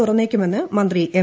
തുറന്നേക്കുമെന്ന് മന്ത്രി എം